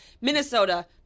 Minnesota